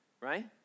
right